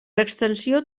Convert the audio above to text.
extensió